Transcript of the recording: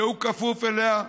שהוא כפוף אליה,